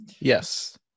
yes